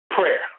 prayer